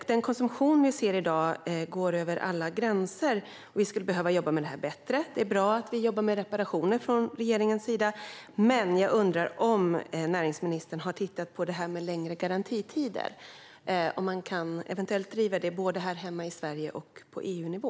Den konsumtion vi ser i dag går över alla gränser. Vi skulle behöva jobba med det på ett bättre sätt. Det är bra att regeringen jobbar med reparationer. Men jag undrar om näringsministern har tittat på det här med längre garantitider. Kan man eventuellt driva den frågan både här hemma i Sverige och på EU-nivå?